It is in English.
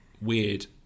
weird